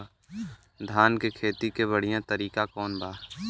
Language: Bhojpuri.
धान के खेती के बढ़ियां तरीका कवन बा?